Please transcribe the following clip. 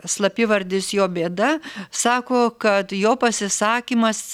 slapyvardis jo bėda sako kad jo pasisakymas